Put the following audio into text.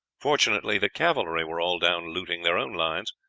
fortunately, the cavalry were all down looting their own lines,